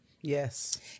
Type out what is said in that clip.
yes